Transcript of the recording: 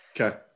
Okay